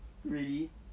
really